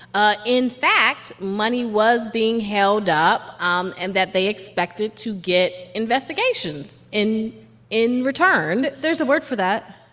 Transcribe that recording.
ah in fact, money was being held up um and that they expected to get investigations in in return there's a word for that